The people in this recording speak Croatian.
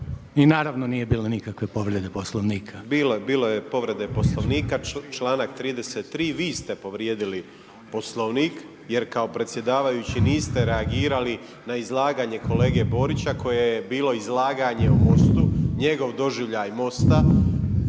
I naravno, nije bilo nikakve povrede Poslovnika. **Grmoja, Nikola (MOST)** Bilo je, bilo je povrede Poslovnika, članak 33., vi ste povrijedili Poslovnik jer kao predsjedavajući niste reagirali na izlaganje kolege Borića koje je bilo izlaganje o MOST-u, njegov doživljaj MOST-a,